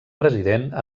president